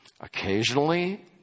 occasionally